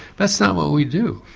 that's not what we do,